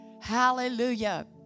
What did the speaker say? Hallelujah